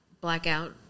blackout